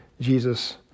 Jesus